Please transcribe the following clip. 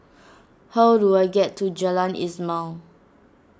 how do I get to Jalan Ismail